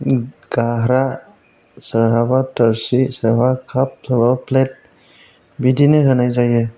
गारहा सोरहाबा थोरसि सोरबा काप सोरबा प्लेट बिदिनो होनाय जायो